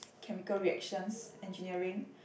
chemical reactions engineering